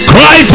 Cry